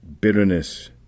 bitterness